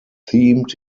themed